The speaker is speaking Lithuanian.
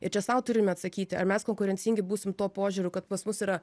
ir čia sau turime atsakyti ar mes konkurencingi būsim tuo požiūriu kad pas mus yra